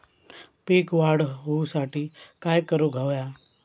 पीक वाढ होऊसाठी काय करूक हव्या?